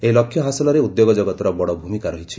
ଏହି ଲକ୍ଷ୍ୟ ହାସଲରେ ଉଦ୍ୟୋଗ ଜଗତର ବଡ଼ ଭୂମିକା ରହିଛି